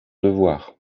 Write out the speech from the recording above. devoir